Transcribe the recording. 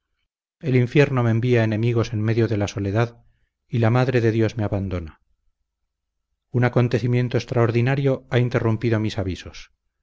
el infierno me envía enemigos en medio de la soledad y la madre de dios me abandona un acontecimiento extraordinario ha interrumpido mis avisos